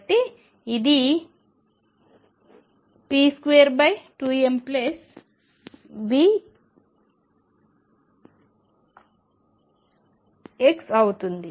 కాబట్టి ఇది p22mV అవుతుంది